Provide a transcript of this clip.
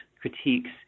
critiques